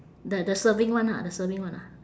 the the surfing one ah the surfing one ah